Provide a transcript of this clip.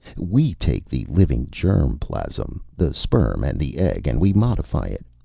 we take the living germ plasm, the sperm and the egg, and we modify it.